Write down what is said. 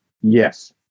Yes